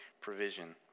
provision